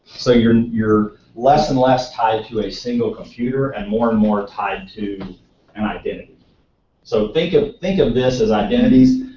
so you're you're less and less tied to a single computer and more and more tied to and so think of think of this as identities.